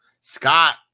Scott